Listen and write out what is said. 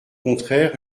contraire